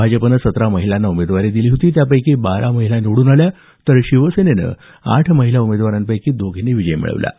भाजपने सतरा महिलांना उमेदवारी दिली होती त्यापैकी बारा महिला निवडून आल्या तर शिवसेनेनं आठ महिला उमेदवारांपैकी दोघींनी विजय मिळवला आहे